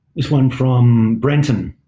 this one from brenton.